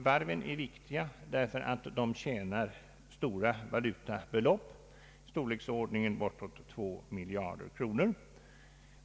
Varven är viktiga därför att de intjänar stora valutabelopp, i storleksordningen bortåt 2 miljarder kronor per år.